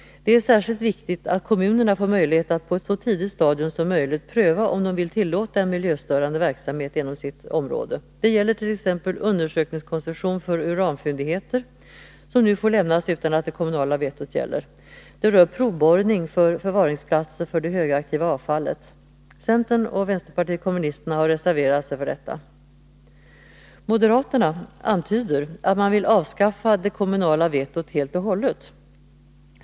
Det är särskilt viktigt att kommunerna får möjlighet att på ett så tidigt stadium som möjligt pröva om de vill tillåta en miljöstörande verksamhet inom sitt område. Det gäller t.ex. undersökningskoncession för uranfyndigheter, som nu får lämnas utan att det kommunala vetot gäller. Det rör provborrning för förvaringsplatser för det högaktiva avfallet. Centern och vänsterpartiet kommunisterna har reserverat sig för detta. Moderaterna antyder att man vill avskaffa det kommunala vetot helt och hållet.